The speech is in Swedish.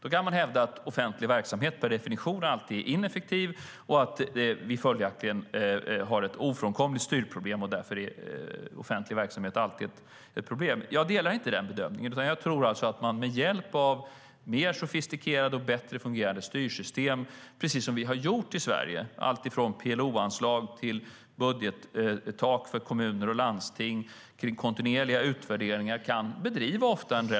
Man kan hävda att offentlig verksamhet per definition alltid är ineffektiv, att vi följaktligen har ett ofrånkomligt styrproblem och att offentlig verksamhet därför alltid är ett problem. Jag delar inte den bedömningen. Jag tror att man ofta kan bedriva en relativt effektiv verksamhet i offentlig regi med hjälp av mer sofistikerade och bättre fungerande styrsystem. Det är precis som vi har gjort i Sverige med alltifrån PLO-anslag, budgettak för kommuner och landsting till kontinuerliga utvärderingar.